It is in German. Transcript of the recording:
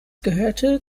gehörte